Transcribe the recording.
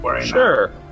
Sure